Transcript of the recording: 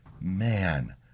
man